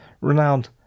renowned